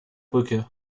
brücke